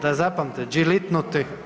Da zapamte đilitnuti.